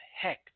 heck